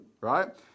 right